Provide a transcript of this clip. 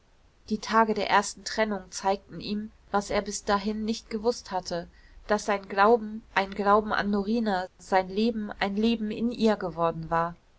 die tage der ersten trennung zeigten ihm was er bis dahin nicht gewußt hatte daß sein glauben ein glauben an norina sein leben ein leben in ihr geworden war